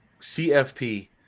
CFP